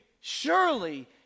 surely